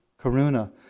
karuna